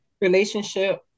relationship